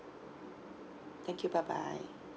thank you bye bye